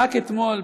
רק אתמול,